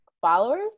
followers